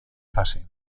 fase